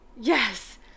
Yes